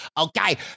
okay